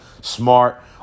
smart